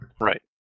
Right